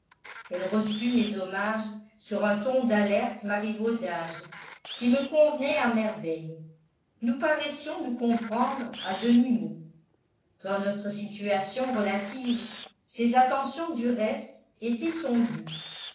elle reçut mes hommages sur un ton d'alerte marivaudage qui me convenait à merveille nous paraissions nous comprendre à demi-mot dans notre situation relative ces attentions du reste étaient son